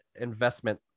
investment